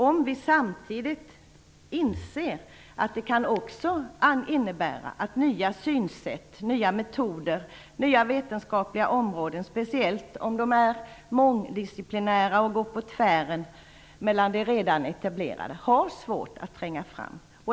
Men vi inser samtidigt att det också kan innebära att nya synsätt, nya metoder, nya vetenskapliga områden, speciellt om de är mångdisciplinära och går på tvären mellan de redan etablerade, har svårt att tränga fram.